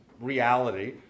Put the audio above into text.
reality